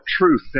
truth